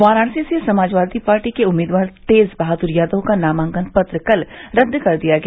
वाराणसी से समाजवादी पार्टी के उम्मीदवार तेज बहादुर यादव का नामांकन पत्र कल रद्द कर दिया गया